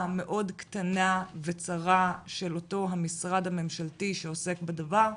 המאוד קטנה וצרה של אותו המשרד הממשלתי שעוסק בדבר,